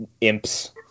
imps